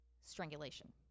strangulation